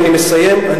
אני מסיים.